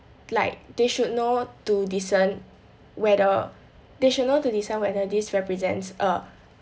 like they should know to discern whether they should know to discern whether this represents err